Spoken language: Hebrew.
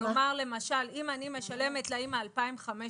למשל אם אני משלמת לאימא 2,500